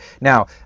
Now